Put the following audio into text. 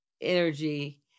energy